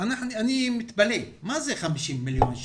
אני מתפלא, מה זה 50 מיליון שקלים?